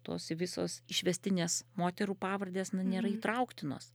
tos visos išvestinės moterų pavardės na nėra įtrauktinos